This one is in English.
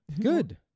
Good